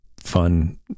fun